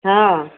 ହଁ